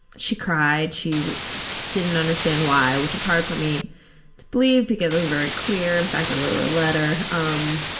she cried. she didn't understand why which was hard for me believed because i was very clear. in fact, i wrote her a letter. um